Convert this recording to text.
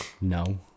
No